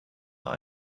that